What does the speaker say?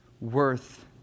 worth